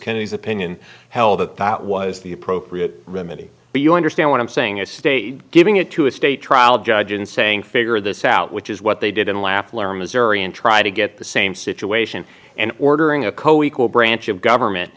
kennedy's opinion held that that was the appropriate remedy but you understand what i'm saying is stayed giving it to a state trial judge and saying figure this out which is what they did and laugh learn missouri and try to get the same situation and ordering a co equal branch of government